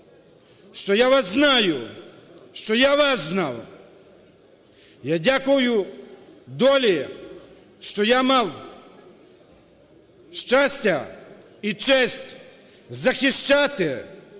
що я вас знаю, що я вас знав. Я дякую долі, що я мав щастя і честь захищати,